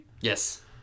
Yes